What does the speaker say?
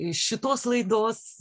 šitos laidos